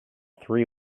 three